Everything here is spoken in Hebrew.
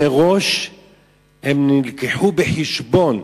הם מראש נלקחו בחשבון